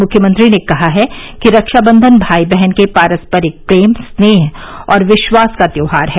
मुख्यमंत्री ने कहा है कि रक्षाबंधन भाई बहन के पारस्परिक प्रेम स्नेह एवं विश्वास का त्यौहार है